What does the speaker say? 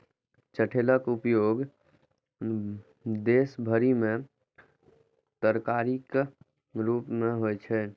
चठैलक उपयोग देश भरि मे तरकारीक रूप मे होइ छै